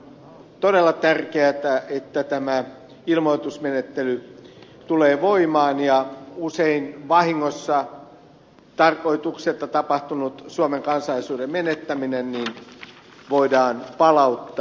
on todella tärkeää että tämä ilmoitusmenettely tulee voimaan ja usein vahingossa tarkoituksetta tapahtunut suomen kansalaisuuden menettäminen voidaan palauttaa